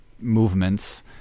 movements